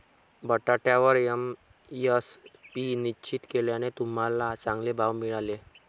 बटाट्यावर एम.एस.पी निश्चित केल्याने आम्हाला चांगले भाव मिळाले